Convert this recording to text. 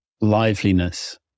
liveliness